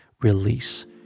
release